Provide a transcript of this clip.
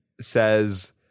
says